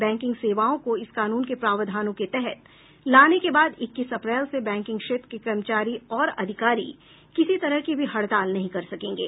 banking सेवाओं को इस कानून के प्रावधानों के तहत लाने के बाद इक्कीस अप्रैल से बैंकिंग क्षेत्र के कर्मचारी और अधिकारी किसी तरह की भी हड़ताल नहीं कर सकेंगे